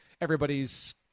everybody's